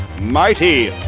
mighty